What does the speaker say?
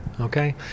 Okay